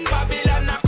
Babylon